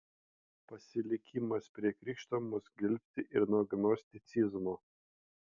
pasilikimas prie krikšto mus gelbsti ir nuo gnosticizmo